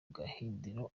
gahindiro